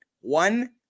One